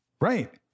Right